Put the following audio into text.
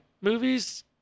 movies